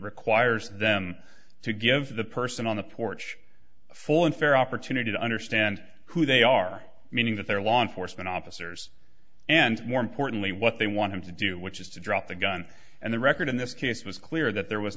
requires them to give the person on the porch full and fair opportunity to understand who they are meaning that their lawn foresman officers and more importantly what they want him to do which is to drop the gun and the record in this case was clear that there was